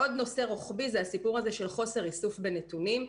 עוד נושא רוחבי זה הסיפור הזה של חוסר איסוף בנתונים.